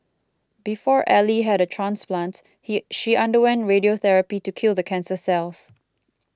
before Ally had a transplant he she underwent radiotherapy to kill the cancer cells